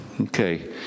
Okay